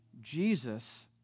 Jesus